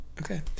Okay